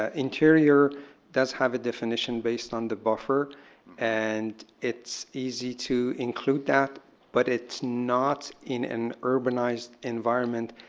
ah interior does have a definition based on the buffer and it's easy to include that but it's not in an urbanized environment.